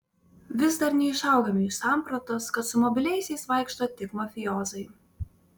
vis dar neišaugame iš sampratos kad su mobiliaisiais vaikšto tik mafijoziai